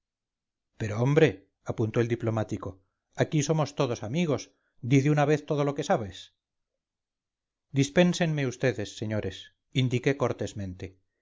pero hombre apuntó el diplomático si aquí somos todos amigos di de una vez todo lo que sabes dispénsenme vds señores indiqué cortésmente